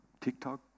TikTok